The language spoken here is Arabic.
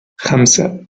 خمسة